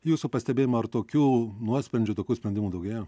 jūsų pastebėjimą ar tokių nuosprendžių tokių sprendimų daugėja